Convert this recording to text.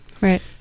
Right